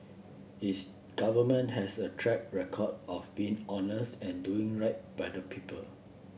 its Government has a track record of being honest and doing right by the people